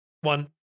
one